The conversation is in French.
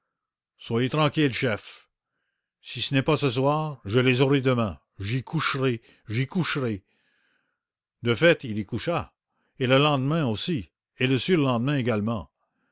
soyez tranquille chef si ce n'est pas ce soir je les aurai demain j'y coucherai j'y coucherai s ur la piste d'un autre forfait de fait il y coucha et le lendemain aussi et le surlendemain également